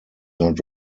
not